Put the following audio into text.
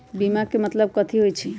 बीमा के मतलब कथी होई छई?